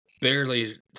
barely